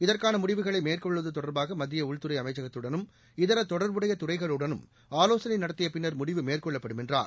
இதற்கான முடிவுகளை மேற்கொள்வது தொடர்பாக மத்திய உள்துறை அமைச்சகத்துடனும் இதர தொடர்புடைய துறைகளுடனும் ஆலோசனை நடத்திய பின்னர் முடிவு மேற்கொள்ளப்படும் என்றார்